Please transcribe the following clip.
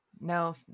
No